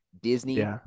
Disney